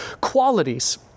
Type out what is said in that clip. qualities